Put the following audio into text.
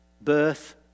birth